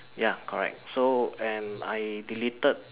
ya correct so and I deleted